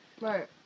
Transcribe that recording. Right